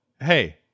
Hey